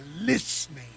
listening